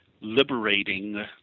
liberating